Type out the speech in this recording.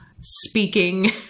speaking